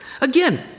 Again